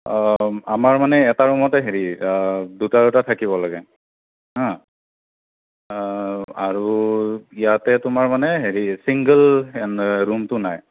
অঁ আমাৰ মানে এটা ৰুমতে হেৰি দুটা দুটা থাকিব লাগে হাঁ আৰু ইয়াতে তোমাৰ মানে হেৰি চিংগল ৰুমটো নাই